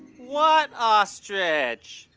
what ostrich?